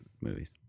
movies